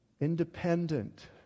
Independent